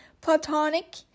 Platonic